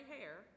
hair